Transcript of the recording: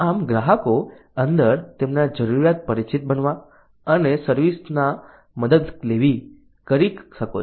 આમ ગ્રાહકો અંદર તેમના જરૂરિયાત પરિચિત બનવા અને સર્વિસ ના મદદ લેવી કરી શકો છો